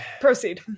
Proceed